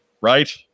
Right